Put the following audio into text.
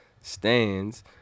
stands